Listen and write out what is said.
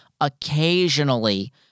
occasionally